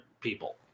people